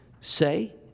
say